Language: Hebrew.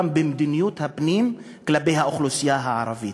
גם במדיניות הפנים כלפי האוכלוסייה הערבית,